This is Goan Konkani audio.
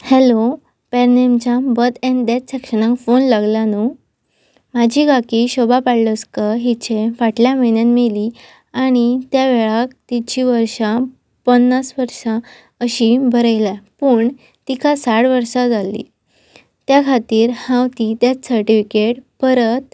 हॅलो पेरनेमच्या बर्थ एनड डेथ सेक्शनाक फोन लागलां न्हू म्हाजी गाकी शोभा पाडलस्कर हिचे फाटल्या म्हयन्यान मेली आनी त्या वेळाक तिची वर्सां पन्नास वर्सां अशीं बरयल्या पूण तिका साठ वर्सां जाल्ली त्या खातीर हांव ती डॅथ सर्टिफिकेट परत